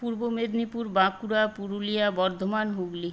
Purba Medinipur Bankura Purulia Bardhaman Hooghly